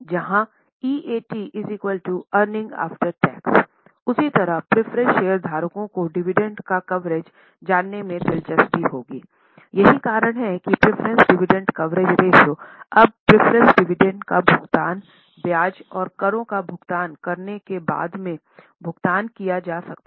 जहाँ EAT earning after tax उसी तरह प्रेफरेंस शेयरधारकों को डिविडेंड का कवरेज जानने में दिलचस्पी होगीयही कारण है कि प्रेफरेंस डिविडेंड कवरेज रेश्यो अब प्रेफरेंस डिविडेंड का भुगतान ब्याज और करों का भुगतान करने के बाद ही भुगतान किया जा सकता है